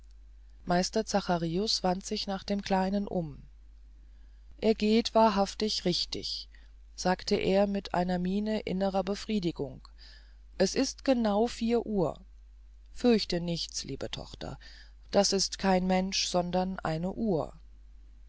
meister zacharius wandte sich nach dem kleinen um er geht wahrhaftig richtig sagte er mit einer miene innerer befriedigung es ist genau vier uhr fürchte nichts liebe tochter das ist kein mensch sondern eine uhr